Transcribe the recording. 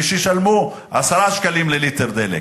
ושישלמו 10 שקלים לליטר דלק.